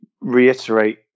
reiterate